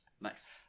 Nice